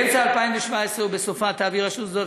באמצע 2017 ובסופה תעביר רשות שדות